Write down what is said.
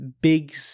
big